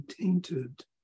tainted